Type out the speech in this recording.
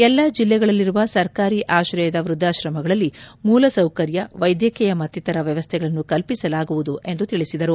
ಎಲ್ಲಾ ಜಿಲ್ಲೆಗಳಲ್ಲಿರುವ ಸರ್ಕಾರಿ ಆಶ್ರಯದ ವೃದ್ವಾಶ್ರಮಗಳಲ್ಲಿ ಮೂಲಸೌಕರ್ಯ ವೈದ್ಯಕೀಯ ಮತ್ತಿತರ ವ್ನವಸ್ನೆಗಳನ್ನು ಕಲ್ಲಿಸಲಾಗುವುದು ಎಂದು ತಿಳಿಸಿದರು